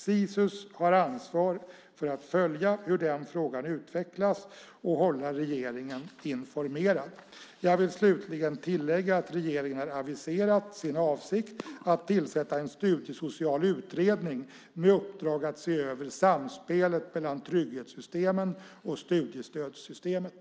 Sisus har ansvar för att följa hur den frågan utvecklas och hålla regeringen informerad. Jag vill slutligen tillägga att regeringen har aviserat sin avsikt att tillsätta en studiesocial utredning med uppdrag att se över samspelet mellan trygghetssystemen och studiestödssystemet.